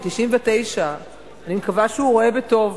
מאז 1999. אני מקווה שהוא רואה בטוב.